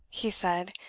he said,